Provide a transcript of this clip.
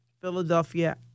Philadelphia